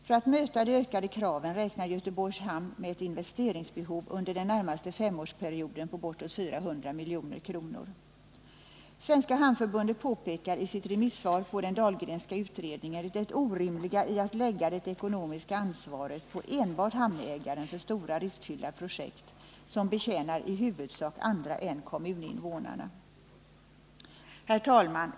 För att möta de ökande kraven räknar Göteborgs hamn med ett investeringsbehov under den närmaste femårsperioden på bortåt 400 milj.kr. Svenska hamnförbundet påpekar i sitt remissvar på den Dahlgrenska utredningen det orimliga i att lägga det ekonomiska ansvaret på enbart hamnägaren för stora, riskfyllda projekt som betjänar i huvudsak andra än kommuninvånarna. Herr talman!